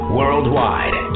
worldwide